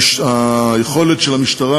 היכולת של המשטרה